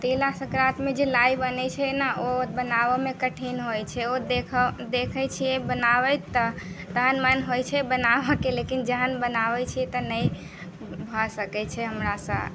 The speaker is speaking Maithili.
तिला संक्रांति मे जे लाइ बनै छै ने ओ बनाबऽ मे कठिन होइ छै ओ देख देखय छियै बनाबैत तहन मन होइ छै बनाबे के लेकिन जहन बनाबै छियै तऽ नहि भऽ सकै छै हमरासँ